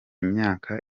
myaka